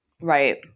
Right